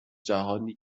جهانی